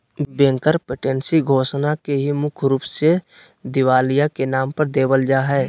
bankruptcy घोषणा के ही मुख्य रूप से दिवालिया के नाम देवल जा हय